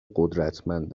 قدرتمند